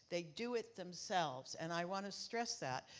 they do it themselves. and i want to stress that,